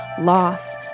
loss